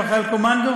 עם חייל הקומנדו,